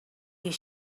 you